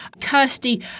Kirsty